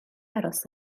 aros